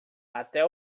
até